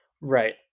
Right